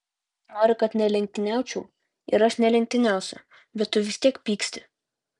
nori kad nelenktyniaučiau ir aš nelenktyniausiu bet tu vis tiek pyksti